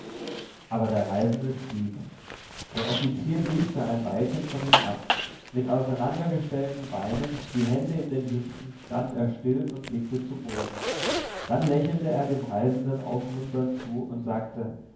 aber der reisende schwieg der offizier ließ für ein weilchen von ihm ab mit auseinandergestellten beinen die hände in den hüften stand er still und blickte zu boden dann lächelte er dem reisenden aufmunternd zu und sagte